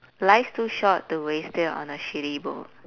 life's too short to waste it on a shitty book